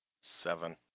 Seven